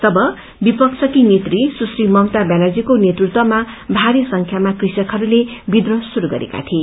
तब विपक्षकी नेत्री सुश्री ममता व्यानर्जीको नेतृत्वमा भारी संख्यामा कृषकहरूले वित्रोह श्रूरू गरेका थिए